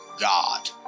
God